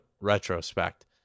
retrospect